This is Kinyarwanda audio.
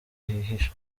hihishe